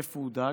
איפה הוא דג.